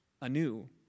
anew